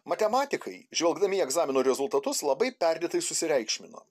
matematikai žvelgdami į egzaminų rezultatus labai perdėtai susireikšmino